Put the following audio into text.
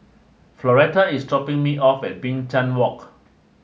Floretta is dropping me off at Binchang Walk